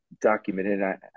documented